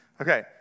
Okay